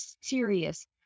serious